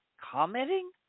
commenting